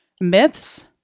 myths